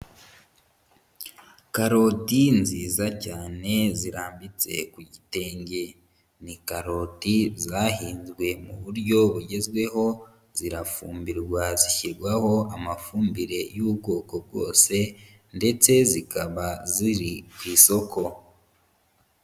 Karoti nziza cyane, zirambitse ku gitenge. Ni karodi zahinzwe mu buryo bugezweho, zirafumbirwa, zishyirwaho amafumbire y'ubwoko bwose ndetse zikaba ziri ku isoko.